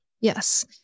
Yes